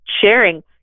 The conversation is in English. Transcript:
sharing